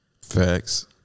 Facts